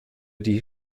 die